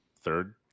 third